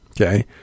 Okay